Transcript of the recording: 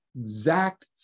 exact